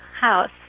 house